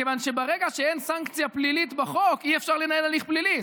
מכיוון שברגע שאין סנקציה פלילית בחוק אי-אפשר לנהל הליך פלילי.